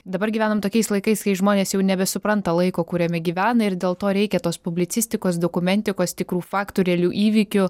dabar gyvenam tokiais laikais kai žmonės jau nebesupranta laiko kuriame gyvena ir dėl to reikia tos publicistikos dokumentikos tikrų faktų realių įvykių